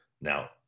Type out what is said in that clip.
Now